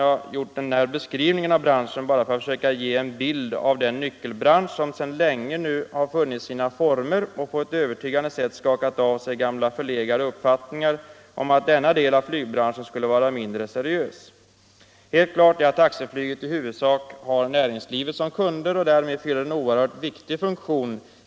Jag har gjort den här beskrivningen av branschen för att försöka ge en bild av den nyckelbransch som sedan länge har funnit sina former och på ett övertygande sätt skakat av sig gamla förlegade uppfattningar om att denna del av flygbranschen skulle vara mindre seriös. Helt klart är att taxiflyget i huvudsak har näringslivet som kund och att det därmed fyller en oerhört viktig funktion.